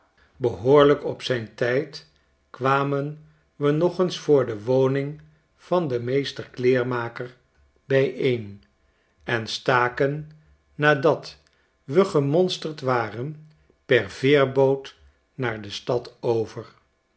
behoorlijk op zijn tijd kwamen we nog eens voor de woning van den meester kleerenmaker naar de watervallen van den niagara bijeen en staken nadat we gemonsterd warn per veerboot naar de stad over